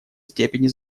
степени